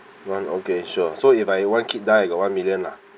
one okay sure so if I one kid died I got one million lah